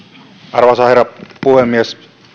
arvoisa herra puhemies